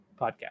podcast